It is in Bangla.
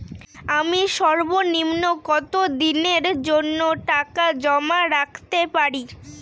আমি সর্বনিম্ন কতদিনের জন্য টাকা জমা রাখতে পারি?